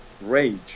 rage